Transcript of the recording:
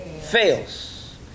fails